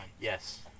Yes